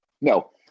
no